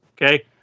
Okay